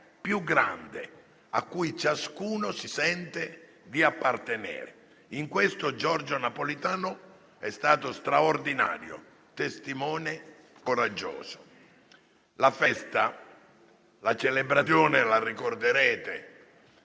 Grazie a tutti